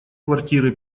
квартиры